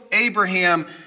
abraham